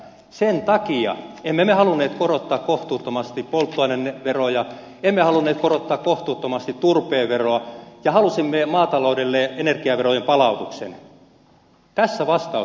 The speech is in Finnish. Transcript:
sen takia että emme me halunneet korottaa kohtuuttomasti polttoaineveroja emme halunneet korottaa kohtuuttomasti turpeen veroa ja halusimme maataloudelle energiaverojen palautuksen tässä vastaus teille